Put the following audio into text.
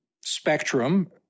spectrum